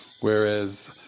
Whereas